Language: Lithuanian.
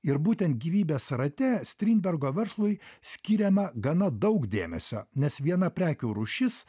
ir būtent gyvybės rate strindbergo verslui skiriama gana daug dėmesio nes viena prekių rūšis